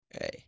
Hey